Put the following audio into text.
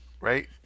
right